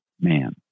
man